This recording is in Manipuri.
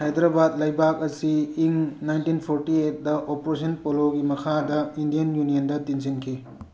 ꯍꯥꯏꯗ꯭ꯔꯥꯕꯥꯠ ꯂꯩꯕꯥꯛ ꯑꯁꯤ ꯏꯪ ꯅꯥꯏꯟꯇꯤꯟ ꯐꯣꯔꯇꯤ ꯑꯩꯠꯇ ꯑꯣꯄ꯭ꯔꯣꯁꯟ ꯄꯣꯂꯣꯒꯤ ꯃꯈꯥꯗ ꯏꯟꯗꯤꯌꯟ ꯌꯨꯅꯤꯌꯟꯗ ꯇꯤꯟꯁꯤꯟꯈꯤ